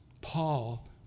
Paul